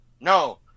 no